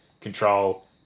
control